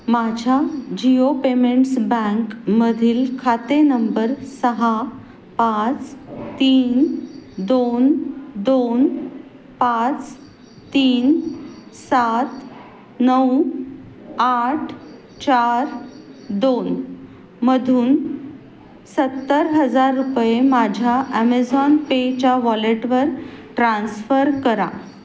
माझ्या जिओ पेमेंट्स बँकमधील खाते नंबर सहा पाच तीन दोन दोन पाच तीन सात नऊ आठ चार दोन मधून सत्तर हजार रुपये माझ्या ॲमेझॉन पेच्या वॉलेटवर ट्रान्स्फर करा